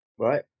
Right